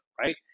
right